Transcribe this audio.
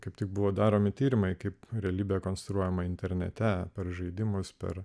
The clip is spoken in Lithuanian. kaip tai buvo daromi tyrimai kaip realybė konstruojama internete per žaidimus per